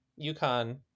UConn